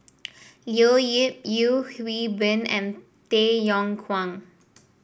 Leo Yip Yeo Hwee Bin and Tay Yong Kwang